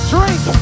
Drink